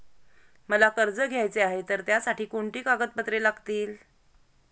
मला कर्ज घ्यायचे आहे तर त्यासाठी कोणती कागदपत्रे लागतील?